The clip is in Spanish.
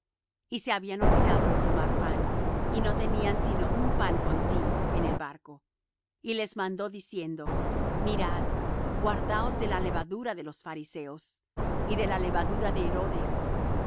y se habían olvidado de tomar pan y no tenían sino un pan consigo en el barco y les mandó diciendo mirad guardaos de la levadura de los fariseos y de la levadura de herodes